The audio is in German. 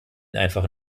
einfach